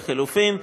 לחלופין.